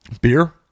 beer